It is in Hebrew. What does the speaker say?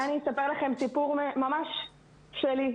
אני אספר לכם סיפור ממש שלי.